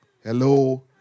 Hello